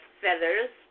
feathers